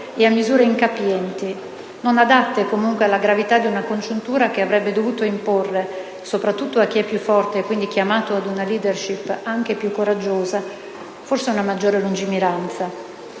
e a misure incapienti, non adatte comunque alla gravità di una congiuntura che avrebbe dovuto imporre, soprattutto a chi è più forte e quindi chiamato a una *leadership* anche più coraggiosa, forse una maggiore lungimiranza.